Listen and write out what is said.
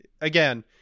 again